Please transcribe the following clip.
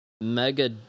mega